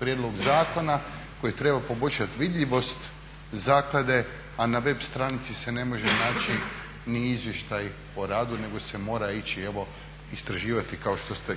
prijedlog zakona koji je trebao poboljšati vidljivost zaklade a na web stranici se ne može naći ni izvještaj o radu, nego se mora ići evo istraživati